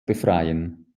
befreien